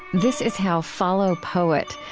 this is how follow, poet,